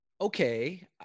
Okay